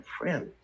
friends